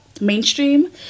mainstream